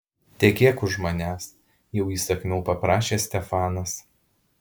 tekėk už manęs jau įsakmiau paprašė stefanas